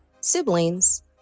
siblings